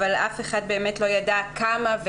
אבל אף אחד לא ידע באמת כמה,